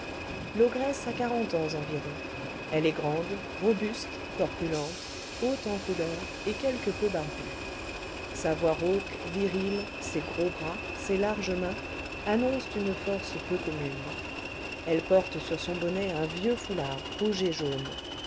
l'ogresse a quarante ans environ elle est grande robuste corpulente haute en couleur et quelque peu barbue sa voix rauque virile ses gros bras ses larges mains annoncent une force peu commune elle porte sur son bonnet un vieux foulard rouge et jaune